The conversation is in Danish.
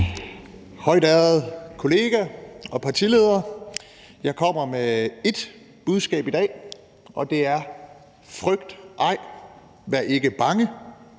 Højtærede kolleger og partiledere, jeg kommer med ét budskab i dag, og det er: Frygt ej, vær ikke bange.